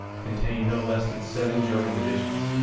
contained no less than seven german divisions.